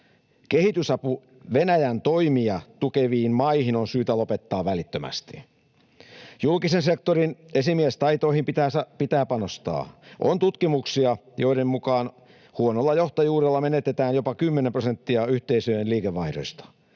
Kehitysapu Venäjän toimia tukeviin maihin on syytä lopettaa välittömästi. Julkisen sektorin esimiestaitoihin pitää panostaa. On tutkimuksia, joiden mukaan huonolla johtajuudella menetetään jopa kymmenen prosenttia yhteisöjen liikevaihdoista.